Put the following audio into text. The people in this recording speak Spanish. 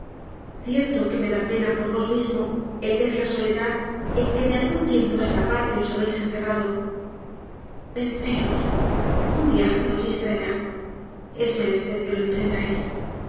cierto que me da pena por vos mismo el ver la soledad en que de algún tiempo á esta parte os habéis encerrado venceos un viaje os distraerá es menester que lo emprendáis